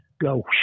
go